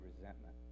resentment